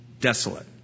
Desolate